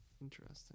Interesting